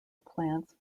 plants